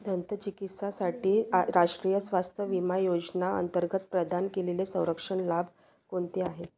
दंतचिकित्सासाठी आ राष्ट्रीय स्वास्थ्य विमा योजना अंतर्गत प्रदान केलेले संरक्षण लाभ कोणते आहेत